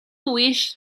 wish